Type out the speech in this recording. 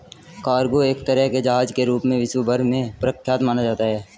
cargo एक तरह के जहाज के रूप में विश्व भर में प्रख्यात माना जाता है